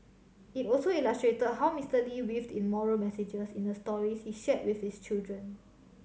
it also illustrated how Mister Lee weaved in moral messages in the stories he shared with his children